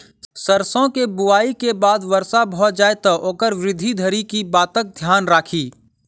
सैरसो केँ बुआई केँ बाद वर्षा भऽ जाय तऽ ओकर वृद्धि धरि की बातक ध्यान राखि?